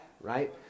right